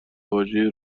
واژه